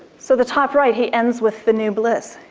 so the top right he ends with the new bliss.